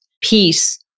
peace